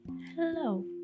hello